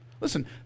Listen